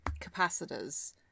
capacitors